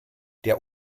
der